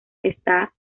está